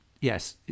yes